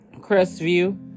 Crestview